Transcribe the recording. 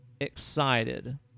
excited